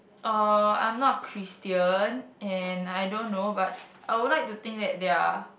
uh I'm not Christian and I don't know but I would like to think that there are